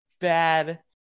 bad